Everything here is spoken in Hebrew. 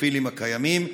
הפרופילים הקיימים?